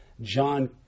John